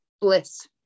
bliss